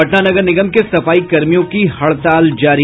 पटना नगर निगम के सफाई कर्मियों की हड़ताल जारी